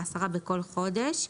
ב-10 בכל חודש"